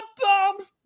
bombs